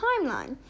timeline